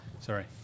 Sorry